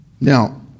Now